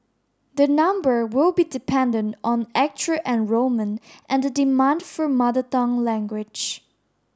the number will be dependent on actual enrolment and the demand for Mother Tongue language